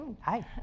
Hi